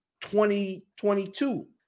2022